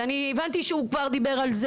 ואני הבנתי שהוא כבר דיבר על זה,